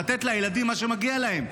לתת לילדים מה שמגיע להם,